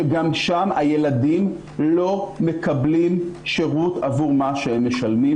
שגם שם הילדים לא מקבלים שירות עבור מה שהם משלמים,